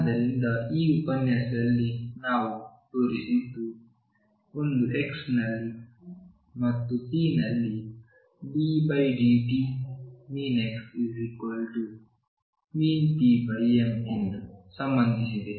ಆದ್ದರಿಂದ ಈ ಉಪನ್ಯಾಸದಲ್ಲಿ ನಾವು ತೋರಿಸಿದ್ದು ಒಂದು x ನಲ್ಲಿ ಮತ್ತು p ನಲ್ಲಿ ddt⟨x⟩⟨p⟩m ಎಂದು ಸಂಬಂಧಿಸಿದೆ